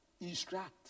instruct